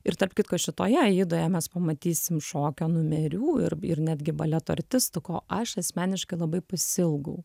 ir tarp kitko šitoje aidoje mes pamatysim šokio numerių ir ir netgi baleto artistų ko aš asmeniškai labai pasiilgau